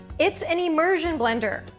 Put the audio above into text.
it's an immersion blender.